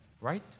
right